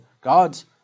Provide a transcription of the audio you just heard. God's